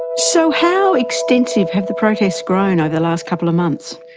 so how extensive have the protests grown over the last couple of months?